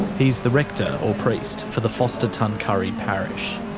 he's the rector or priest for the forster tuncurry parish.